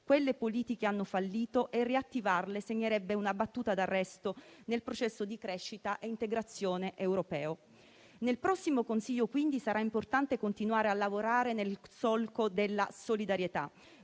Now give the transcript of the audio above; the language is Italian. quelle politiche hanno fallito e riattivarle segnerebbe una battuta d'arresto nel processo di crescita e integrazione europea. Nel prossimo Consiglio, quindi, sarà importante continuare a lavorare nel solco della solidarietà,